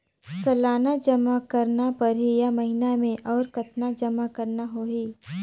सालाना जमा करना परही या महीना मे और कतना जमा करना होहि?